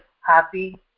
happy